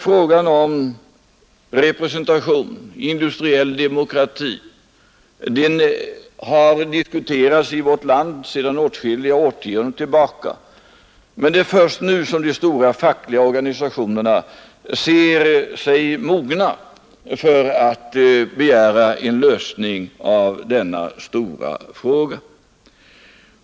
Frågan om representation, industriell demo Nr 68 krati, har diskuterats i vårt land sedan åtskilliga årtionden tillbaka, men Torsdagen den det är först nu som de stora fackliga organisationerna anser sig mogna att 27 april 1972 begära en lösning av denna stora fråga.